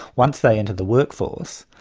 once they entered the workforce,